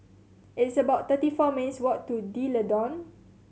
it's about thirty four minutes' walk to D'Leedon